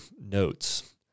notes